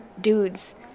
dudes